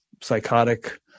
psychotic